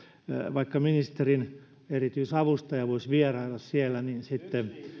vaikka ministerin erityisavustaja voisi vierailla siellä niin sitten